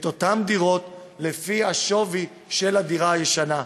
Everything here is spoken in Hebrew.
אותן דירות לפי השווי של הדירה הישנה,